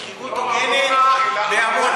שכירות הוגנת בעמונה.